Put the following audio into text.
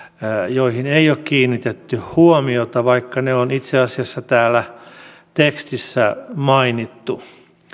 joihin ei ole kiinnitetty huomiota vaikka ne on itse asiassa täällä tekstissä mainittu